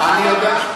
אני יודע,